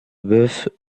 bœufs